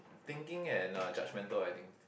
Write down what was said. thinking and uh judgemental I think